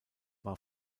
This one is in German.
war